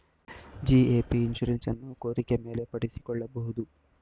GAP insurance ಅನ್ನು ಕೋರಿಕೆ ಮೇಲೆ ಪಡಿಸಿಕೊಳ್ಳಬಹುದು